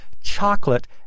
chocolate